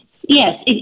Yes